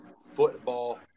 Football